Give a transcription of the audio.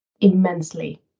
immensely